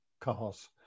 cars